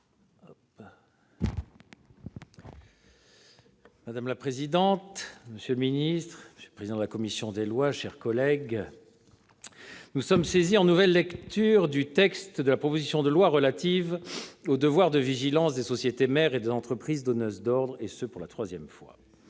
Madame la présidente, monsieur le secrétaire d'État, mes chers collègues, nous sommes saisis en nouvelle lecture du texte de la proposition de loi relative au devoir de vigilance des sociétés mères et des entreprises donneuses d'ordre, et ce, pour la troisième fois